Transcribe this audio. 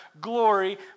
glory